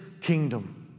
kingdom